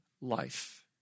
life